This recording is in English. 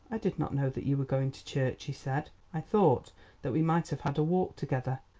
i did not know that you were going to church, he said i thought that we might have had a walk together.